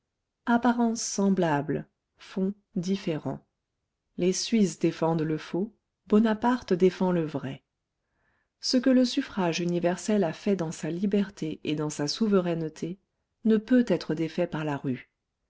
apparence semblable fond différent les suisses défendent le faux bonaparte défend le vrai ce que le suffrage universel a fait dans sa liberté et dans sa souveraineté ne peut être défait par la rue